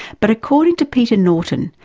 but according to peter norton,